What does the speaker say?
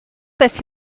beth